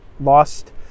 lost